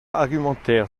argumentaire